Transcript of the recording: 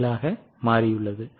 07 மாறியுள்ளது